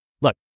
Look